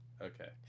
Okay